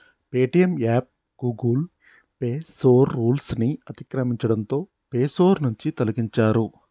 Paytm app Google play store rules ని అతిక్రమించడంతో play store నుంచి తొలగించారు